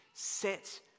set